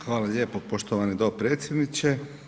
Hvala lijepo poštovani dopredsjedniče.